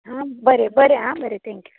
हां बरें बरें हां बरें थँक्यू